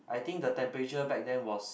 I think the temperature back then was